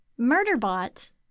Murderbot